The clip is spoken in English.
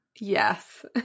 yes